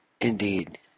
Indeed